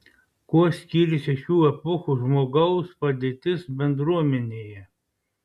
kuo skyrėsi šių epochų žmogaus padėtis bendruomenėje